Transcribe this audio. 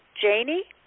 Janie